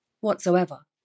whatsoever